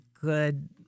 good